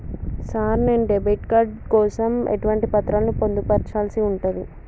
Sir నేను debit card కోసం ఎటువంటి పత్రాలను పొందుపర్చాల్సి ఉంటది?